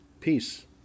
peace